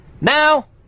Now